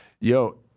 Yo